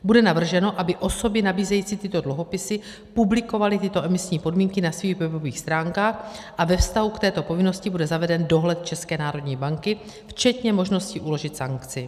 Bude navrženo, aby osoby nabízející tyto dluhopisy publikovaly tyto emisní podmínky na svých webových stránkách, a ve vztahu k této povinnosti bude zaveden dohled České národní banky včetně možnosti uložit sankci.